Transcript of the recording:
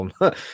on